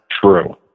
true